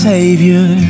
Savior